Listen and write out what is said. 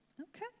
Okay